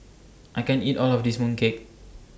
I can't eat All of This Mooncake